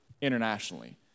internationally